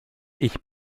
ich